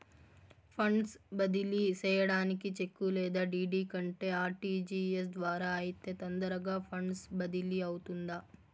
funds బదిలీ సేయడానికి cheque లేదా డీ.డీ కంటే ఆర్.టి.జి.ఎస్ ద్వారా అయితే తొందరగా ఫండ్స్ బదిలీ అవుతుందా